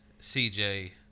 CJ